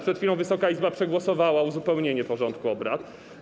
Przed chwilą Wysoka Izba przegłosowała uzupełnienie porządku obrad.